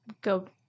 go